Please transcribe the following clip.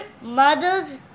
Mother's